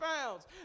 pounds